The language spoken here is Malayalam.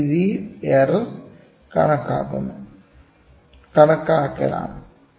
ഈ രീതി എറർ കണക്കാക്കലാണ്